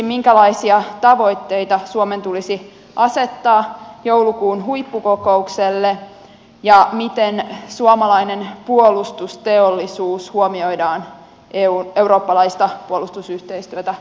minkälaisia tavoitteita suomen tulisi asettaa joulukuun huippukokoukselle ja miten suomalainen puolustusteollisuus huomioidaan eurooppalaista puolustusyhteistyötä kehitettäessä